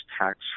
tax